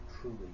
truly